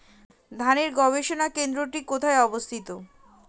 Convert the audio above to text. ধানের গবষণা কেন্দ্রটি কোথায় অবস্থিত?